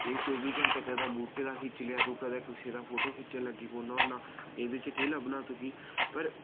एह् चौह्बी घैंटे कदें बूह्टे दा खेच्ची लेआ तू कदें किसे दा फोटो खिच्चन लगी पौन्ना होन्ना एह्दे च केह् लब्भना तुगी पर